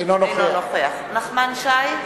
אינו נוכח נחמן שי,